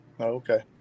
okay